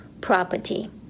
property